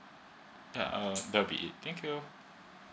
uh that will be it thank you